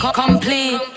complete